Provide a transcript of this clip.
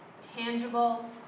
tangible